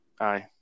aye